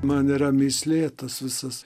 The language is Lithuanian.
man yra mįslė tas visas